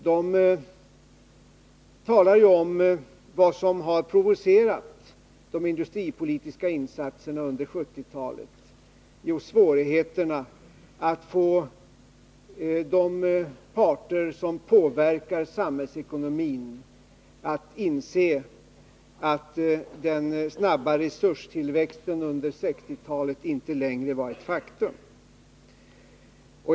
De talar ju om vad som har provocerat de industripolitiska insatserna under 1970-talet: svårigheterna att få de parter som påverkar samhällsekonomin att inse att den snabba resurstillväxten under 1960-talet inte längre var ett faktum.